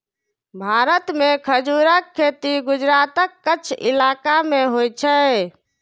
भारत मे खजूरक खेती गुजरातक कच्छ इलाका मे होइ छै